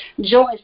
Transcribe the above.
Joy